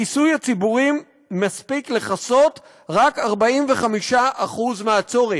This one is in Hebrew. הכיסוי הציבורי מספיק לכסות רק 45% מהצורך,